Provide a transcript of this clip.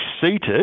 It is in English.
seated